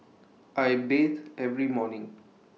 I bathe every morning